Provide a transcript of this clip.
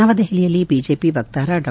ನವದೆಹಲಿಯಲ್ಲಿ ಬಿಜೆಪಿ ವಕ್ತಾರ ಡಾ